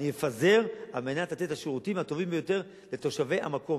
אני אפזר על מנת לתת את השירותים הטובים ביותר לתושבי המקום.